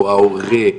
או ההורה,